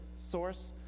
source